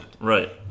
Right